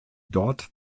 dort